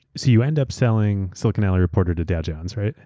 so you end up selling silicon alley reporter to dow jones, right?